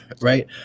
right